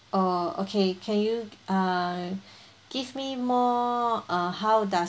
orh okay can you uh give me more uh how does